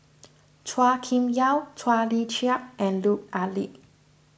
Chua Kim Yeow Chua Tee Chiak and Lut Ali